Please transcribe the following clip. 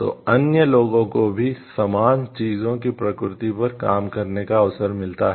तो अन्य लोगों को भी समान चीजों की प्रकृति पर काम करने का अवसर मिलता है